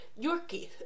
yorkie